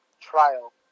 trial